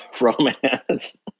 romance